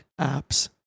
apps